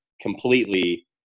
completely